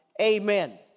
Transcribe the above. Amen